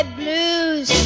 blues